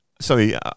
sorry